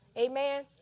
Amen